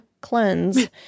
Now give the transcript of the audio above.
cleanse